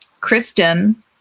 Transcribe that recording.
Kristen